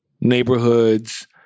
neighborhoods